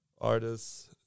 artists